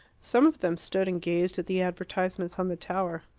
some of them stood and gazed at the advertisements on the tower.